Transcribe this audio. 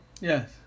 Yes